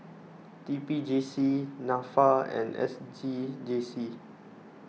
T P J C Nafa and S G G C